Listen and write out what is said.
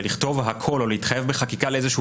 ולכתוב הכול או להתחייב בחקיקה לאיזשהו